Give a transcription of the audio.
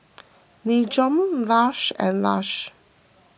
Nin Jiom Lush and Lush